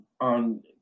on